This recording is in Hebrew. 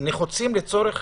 נחוצים לצורך